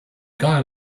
guy